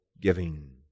giving